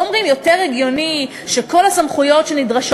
ואומרים: יותר הגיוני שכל הסמכויות שנדרשות